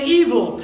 evil